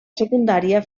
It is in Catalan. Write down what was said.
secundària